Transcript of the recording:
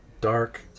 dark